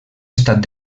estat